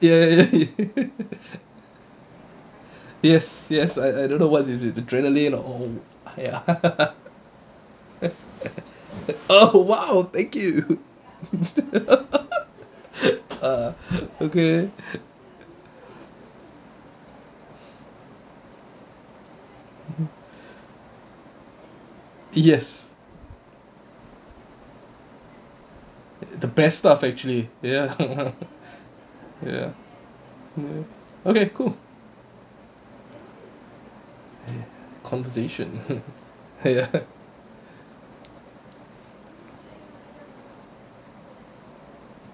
ya ya ya yes yes I I don't know what it is the adrenaline or ya oh !wow! thank you uh okay yes the best stuff actually ya ya ya okay cool conversation uh ya